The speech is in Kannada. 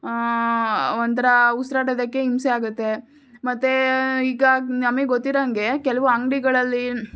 ಒಂಥರ ಉಸಿರಾಡೋದಕ್ಕೆ ಹಿಂಸೆ ಆಗತ್ತೆ ಮತ್ತು ಈಗ ನಮಗೆ ಗೊತ್ತಿರೋ ಹಂಗೆ ಕೆಲವು ಅಂಗಡಿಗಳಲ್ಲಿ